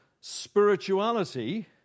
spirituality